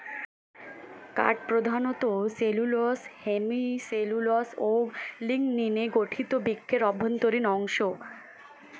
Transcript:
কাঠ প্রধানত cellulose, hemicellulose ও লিগনিনে গঠিত বৃক্ষের অভ্যন্তরীণ অংশ